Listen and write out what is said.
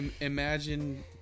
imagine